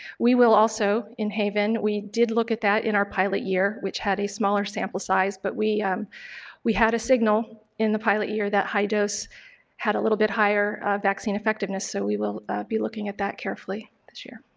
we will also, in haven we did look at that in our pilot year, which had a smaller sample size. but we um we had a signal in the pilot year that high dose had a little bit higher vaccine effectiveness, so we will be looking at that carefully this year.